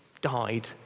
died